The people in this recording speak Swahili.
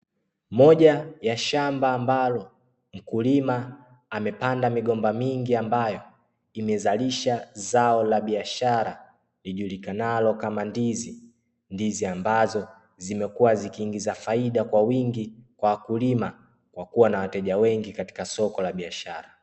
Moja ya shamba ambalo mkulima amepanda migomba mingi inazalisha zao la biashara lijulikanalo ndizi, ambazo zimekuwa zikiingiza faida kwa wingi kwa wakulima kwakuwa na wateja wengi kwenye soko la biashara.